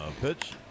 pitch